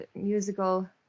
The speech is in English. musical